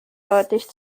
deutlich